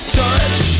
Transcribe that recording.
touch